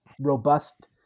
robust